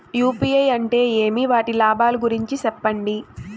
UPI అంటే ఏమి? వాటి లాభాల గురించి సెప్పండి?